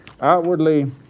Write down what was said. outwardly